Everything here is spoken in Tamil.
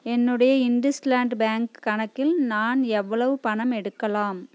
என்னுடைய இந்துஸ்ண்ட் பேங்க் கணக்கில் நான் எவ்வளவு பணம் எடுக்கலாம்